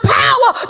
power